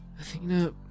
Athena